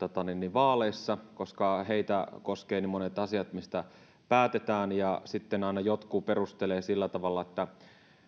vaaleissa koska heitä koskevat niin monet asiat mistä päätetään ja sitten aina jotkut perustelevat sitä sillä tavalla